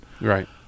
Right